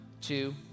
two